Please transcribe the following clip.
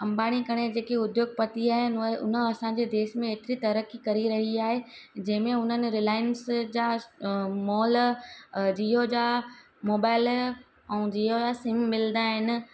अंबाणी करे जेके उध्योगपति आहिनि उहे उन असांजे देश में हेतिरी तरक़ी करी रही आहे जंहिं में हुननि रिलाइंस जा अ मॉल अ जिओ जा मोबाइल ऐं जिओ जा सिम मिलंदा आहिनि